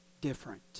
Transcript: different